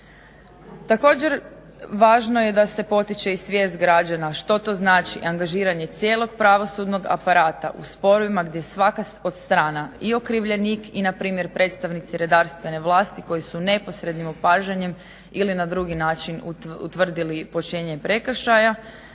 Također važno je da se potiče i svijest građana što to znači angažiranje cijelog pravosudnog aparata u sporovima gdje svaka od strana i okrivljenik i npr. predstavnici redarstvene vlasti koji su neposrednim opažanjem ili na drugi način utvrdili počinjenje prekršaja,